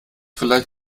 vielleicht